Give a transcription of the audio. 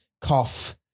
cough